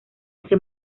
ese